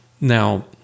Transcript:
Now